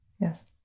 Yes